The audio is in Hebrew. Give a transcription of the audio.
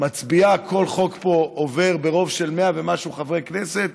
היא מצביעה: כל חוק פה עובר ברוב של 100 ומשהו חברי כנסת.